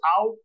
out